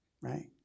right